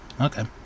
Okay